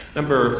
Number